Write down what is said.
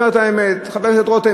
חבר הכנסת רותם,